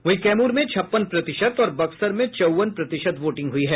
वहीं कैमूर में छप्पन प्रतिशत और बक्सर में चौवन प्रतिशत वोटिंग हुई है